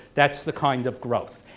that's the kind of growth,